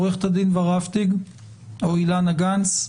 עורכת הדין ורהפטיג או אילנה גנס?